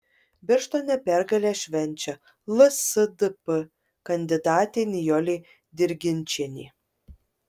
birštone pergalę švenčia lsdp kandidatė nijolė dirginčienė